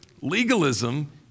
legalism